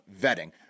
vetting